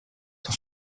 dans